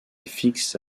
fixe